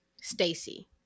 Stacy